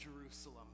Jerusalem